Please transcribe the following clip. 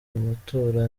matora